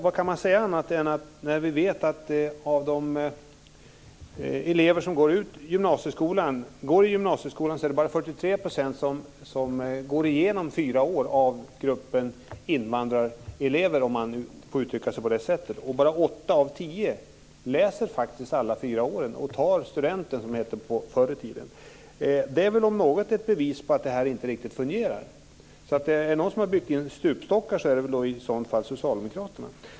Vad kan man säga annat, när vi vet att av de elever som går ut gymnasieskolan är det bara 43 % som går igenom fyra år av gruppen invandrarelever, om man nu får uttrycka sig på det sättet. Bara åtta av tio läser faktiskt alla fyra åren och tar studenten, som det hette förr i tiden. Det är väl om något ett bevis på att det här inte riktigt fungerar. Så är det någon som har byggt in stupstockar så är det väl i så fall socialdemokraterna.